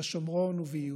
בשומרון וביהודה,